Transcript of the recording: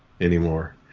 anymore